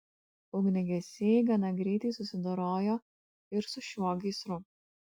ugniagesiai gana greitai susidorojo ir su šiuo gaisru